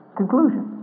conclusion